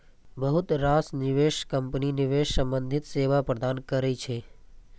बहुत रास निवेश कंपनी निवेश संबंधी सेवा प्रदान करै छै